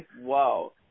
Whoa